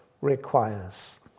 requires